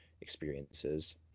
experiences